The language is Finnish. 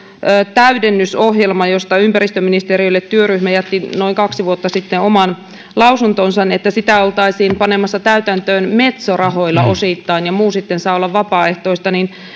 täydennysohjelmaa josta ympäristöministeriölle työryhmä jätti noin kaksi vuotta sitten oman lausuntonsa oltaisiin panemassa täytäntöön metso rahoilla osittain ja muu sitten saa olla vapaaehtoista